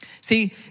See